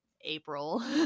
April